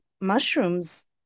mushrooms